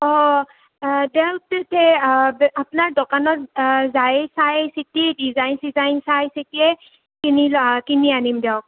অঁ বে আপনাৰ দ'কানত যায় চাই চিতি ডিজাইন চিজাইন চাই চিতিয়ে কিনি ল' কিনি আনিম দিয়ক